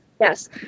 Yes